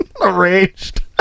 arranged